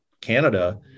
Canada